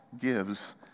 gives